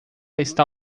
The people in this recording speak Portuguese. está